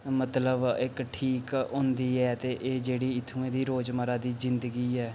मतलब इक ठीक होंदी ऐ ते एह् जेह्ड़ी इत्थूं दी रोजमर्रा दी जिंदगी ऐ